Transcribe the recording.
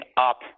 up